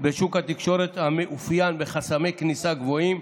בשוק התקשורת, המאופיין בחסמי כניסה גבוהים,